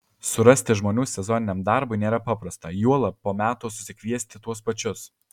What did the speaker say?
surasti žmonių sezoniniam darbui nėra paprasta juolab po metų susikviesti tuos pačius